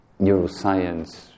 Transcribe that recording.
neuroscience